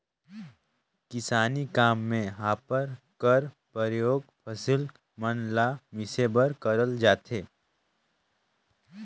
किसानी काम मे हापर कर परियोग फसिल मन ल मिसे बर करल जाथे